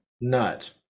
nut